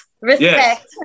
Respect